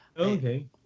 okay